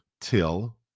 till